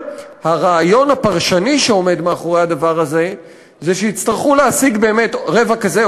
והרעיון הפרשני שעומד מאחורי הדבר הזה הוא שיצטרכו להשיג באמת רבע כזה,